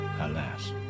Alas